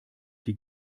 die